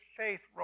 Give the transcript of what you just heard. faith